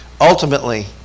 Ultimately